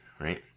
right